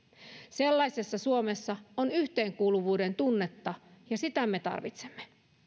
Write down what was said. sellaisessa suomessa on yhteenkuuluvuuden tunnetta ja sitä me tarvitsemme